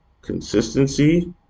consistency